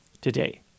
today